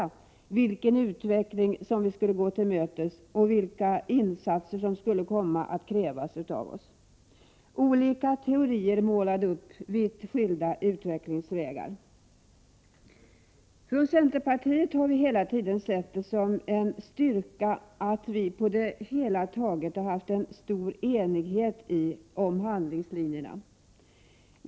Vi undrade ju vilken utveckling vi skulle gå till mötes och vilka insatser som skulle komma att krävas av oss. Det fanns olika teorier om vitt skilda utvecklingsvägar. Centern har hela tiden ansett det vara en styrka att vi på det hela taget varit mycket eniga om handlingslinjerna.